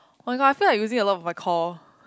oh my god I feel like using a lot of the call